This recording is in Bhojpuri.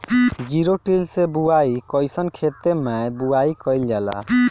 जिरो टिल से बुआई कयिसन खेते मै बुआई कयिल जाला?